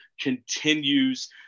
continues